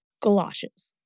Galoshes